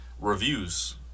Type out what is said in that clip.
reviews